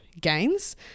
gains